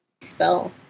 spell